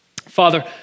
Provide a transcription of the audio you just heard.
Father